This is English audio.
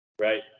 Right